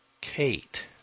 Kate